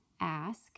ask